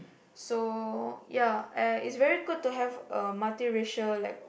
so ya uh it's very good to have a multiracial like